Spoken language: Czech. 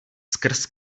skrz